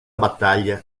battaglia